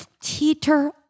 teeter